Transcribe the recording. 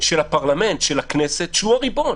של הפרלמנט, של הכנסת, שהוא הריבון.